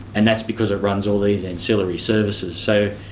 and that's because it runs all these ancillary services. so,